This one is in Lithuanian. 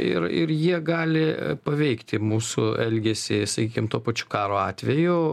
ir ir jie gali paveikti mūsų elgesį sakykim tuo pačiu karo atveju